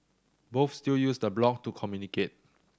both still use the blog to communicate